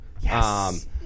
Yes